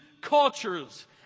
cultures